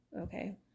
Okay